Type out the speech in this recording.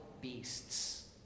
beasts